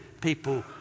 people